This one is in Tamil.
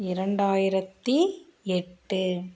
இரண்டாயிரத்தி எட்டு